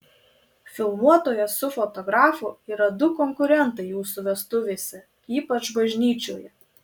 filmuotojas su fotografu yra du konkurentai jūsų vestuvėse ypač bažnyčioje